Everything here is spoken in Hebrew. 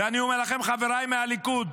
ואני אומר לכם, חבריי מהליכוד,